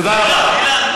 תודה רבה.